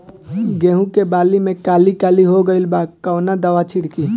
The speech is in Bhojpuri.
गेहूं के बाली में काली काली हो गइल बा कवन दावा छिड़कि?